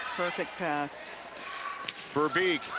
perfect pass veerbeek